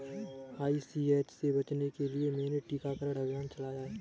ICH से बचने के लिए मैंने टीकाकरण अभियान चलाया है